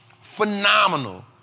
Phenomenal